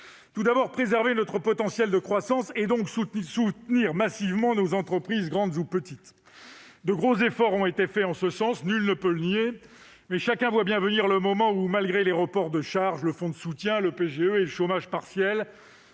faudrait préserver notre potentiel de croissance et donc soutenir massivement nos entreprises, grandes ou petites. De gros efforts ont été réalisés en ce sens, nul ne peut le nier, mais chacun voit bien venir le moment où, malgré les reports de charges, le fonds de soutien, le PGE et le dispositif